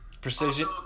precision